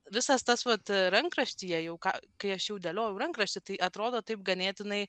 visas tas vat rankraštyje jau ką kai aš jau dėlioju rankraštį tai atrodo taip ganėtinai